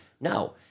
no